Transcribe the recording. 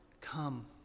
come